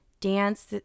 dance